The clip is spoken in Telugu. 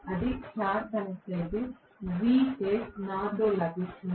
కాబట్టి స్టార్ కనెక్ట్ అయితే Vph నాతో లభిస్తుంది